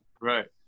right